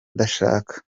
ndashaka